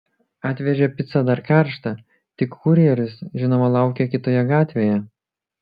atvežė picą dar karštą tik kurjeris žinoma laukė kitoje gatvėje